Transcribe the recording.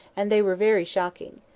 and they were very shocking.